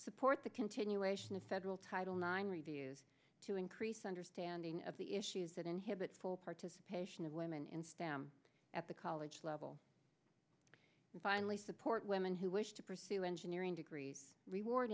support the continuation of federal title nine reviews to increase understanding of the issues that inhibit full participation of women in stem at the college level and finally support women who wish to pursue engineering degrees reward